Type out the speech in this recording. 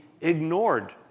ignored